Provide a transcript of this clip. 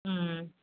ம்ம்